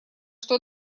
что